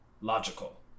logical